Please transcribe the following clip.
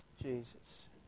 Jesus